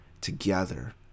together